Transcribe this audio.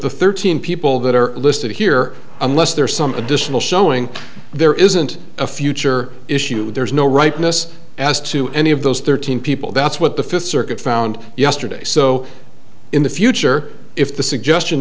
the thirteen people that are listed here unless there is some additional showing there isn't a future issue there's no rightness as to any of those thirteen people that's what the fifth circuit found yesterday so in the future if the suggestion